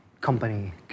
company